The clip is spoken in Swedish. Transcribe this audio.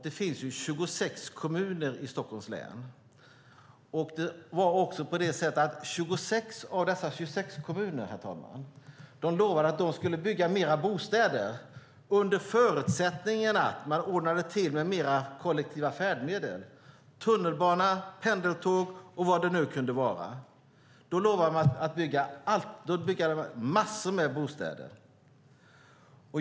Det finns 26 kommuner i Stockholms län, herr talman, och dessa 26 kommuner lovade att de skulle bygga mer bostäder under förutsättning att man ordnade med mer kollektiva färdmedel, tunnelbana, pendeltåg och vad det nu kunde vara. Då lovade man att bygga massor med bostäder.